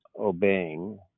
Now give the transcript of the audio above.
obeying